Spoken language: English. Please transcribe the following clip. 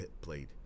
played